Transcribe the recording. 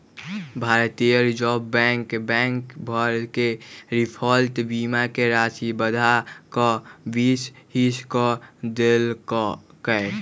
भारतीय reserve bank bank सभ के डिफॉल्ट बीमा के राशि बढ़ा कऽ बीस हिस क देल्कै